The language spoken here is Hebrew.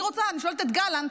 אני שואלת את גלנט,